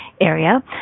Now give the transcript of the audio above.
area